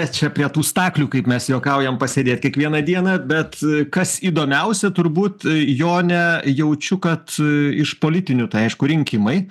čia prie tų staklių kaip mes juokaujam pasėdėt kiekvieną dieną bet kas įdomiausia turbūt jone jaučiu kad iš politinių tai aišku rinkimai